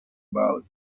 about